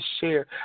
share